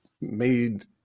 made